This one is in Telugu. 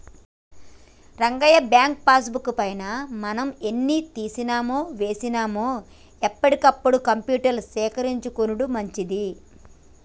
రంగయ్య బ్యాంకు పాస్ బుక్ పైన మనం ఎన్ని తీసినామో వేసినాము ఎప్పటికప్పుడు కంప్యూటర్ల సేకరించుకొనుడు మంచిది